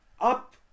up